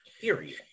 Period